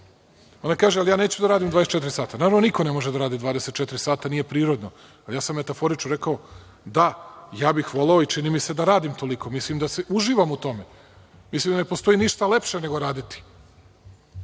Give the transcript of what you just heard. Ona kaže: „Ali, ja neću da radim 24 sata“. Normalno je da niko ne može da radi 24 sata, nije prirodno, ali ja sam metaforično rekao: „Da, ja bih voleo i čini mi se da radim toliko, mislim i da uživam u tome, jer ne postoji ništa lepše nego raditi.“